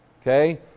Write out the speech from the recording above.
okay